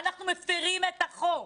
אנחנו מפירים את החוק.